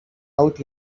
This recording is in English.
out